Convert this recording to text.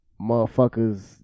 motherfuckers